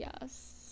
Yes